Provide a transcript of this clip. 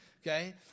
Okay